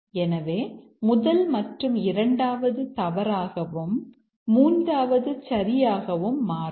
எனவே முதல் மற்றும் இரண்டாவது தவறாகவும் மூன்றாவது சரியாகவும் மாறும்